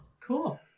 Cool